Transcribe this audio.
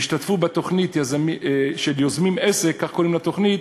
השתתפו בתוכנית של "יוזמים עסק" כך קוראים לתוכנית,